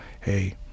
hey